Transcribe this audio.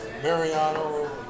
Mariano